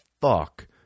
fuck